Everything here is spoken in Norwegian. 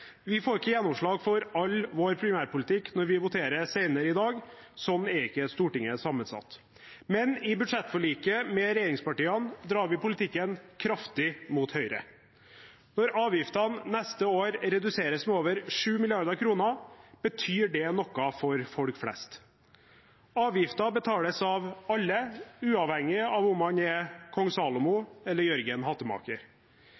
Vi får ikke gjennomslag for all vår primærpolitikk når vi voterer senere i dag, sånn er ikke Stortinget sammensatt. Men i budsjettforliket med regjeringspartiene drar vi politikken kraftig mot høyre. Når avgiftene neste år reduseres med over 7 mrd. kr, betyr det noe for folk flest. Avgifter betales av alle, uavhengig av om man er